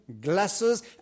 glasses